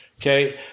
okay